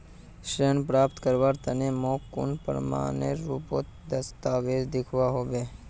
ऋण प्राप्त करवार तने मोक कुन प्रमाणएर रुपोत दस्तावेज दिखवा होबे?